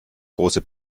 große